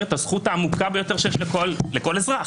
את הזכות העמוקה ביותר שיש לכל אזרח.